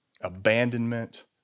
abandonment